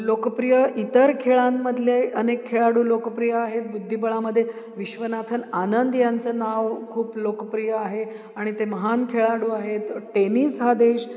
लोकप्रिय इतर खेळांमधले अनेक खेळाडू लोकप्रिय आहेत बुद्धिबळामध्ये विश्वनाथन आनंद यांचं नाव खूप लोकप्रिय आहे आणि ते महान खेळाडू आहेत टेनिस हा देश